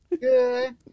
Good